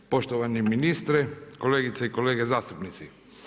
Poštovani ministre, kolegice i kolege zastupnici.